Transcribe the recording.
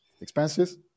expenses